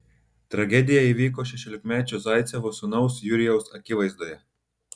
tragedija įvyko šešiolikmečio zaicevų sūnaus jurijaus akivaizdoje